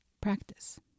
practice